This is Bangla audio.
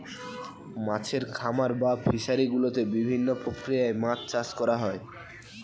মাছের খামার বা ফিশারি গুলোতে বিভিন্ন প্রক্রিয়ায় মাছ চাষ করা হয়